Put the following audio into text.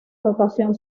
rotación